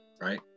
right